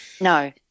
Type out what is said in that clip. No